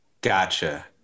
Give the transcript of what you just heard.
Gotcha